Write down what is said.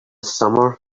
summer